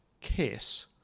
KISS